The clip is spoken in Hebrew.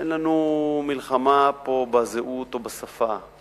אין לנו מלחמה פה בזהות או בשפה.